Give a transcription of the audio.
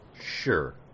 Sure